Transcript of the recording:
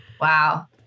Wow